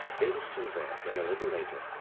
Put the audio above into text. they were still there when, a little later,